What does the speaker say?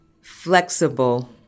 flexible